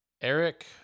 Eric